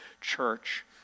church